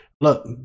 look